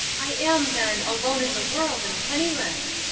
i am, then, alone in the world and penniless.